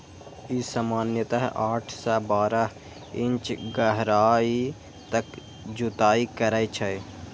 ई सामान्यतः आठ सं बारह इंच गहराइ तक जुताइ करै छै